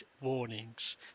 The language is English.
warnings